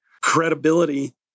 credibility